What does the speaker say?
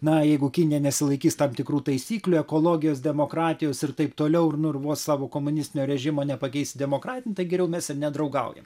na jeigu kinija nesilaikys tam tikrų taisyklių ekologijos demokratijos ir taip toliau ir nu ir vos savo komunistinio režimo nepakeis į demokratinį tai geriau mes ir nedraugaujam